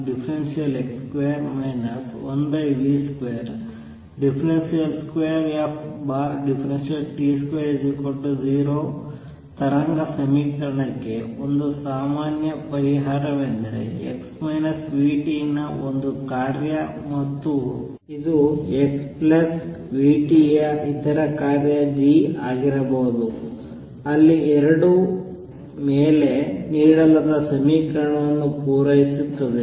ಆದ್ದರಿಂದ 2fx2 1v22ft20 ತರಂಗ ಸಮೀಕರಣಕ್ಕೆ ಒಂದು ಸಾಮಾನ್ಯ ಪರಿಹಾರವೆಂದರೆ x v t ನ ಒಂದು ಕಾರ್ಯ ಮತ್ತು ಇದು x v t ಯ ಇತರ ಕಾರ್ಯ g ಆಗಿರಬಹುದು ಅಲ್ಲಿ ಎರಡೂ ಮೇಲೆ ನೀಡಲಾದ ಸಮೀಕರಣವನ್ನು ಪೂರೈಸುತ್ತದೆ